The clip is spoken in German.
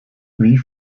wie